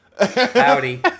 Howdy